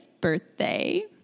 birthday